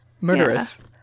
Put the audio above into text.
murderous